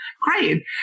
great